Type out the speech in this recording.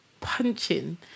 Punching